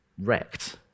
wrecked